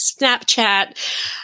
snapchat